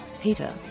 Peter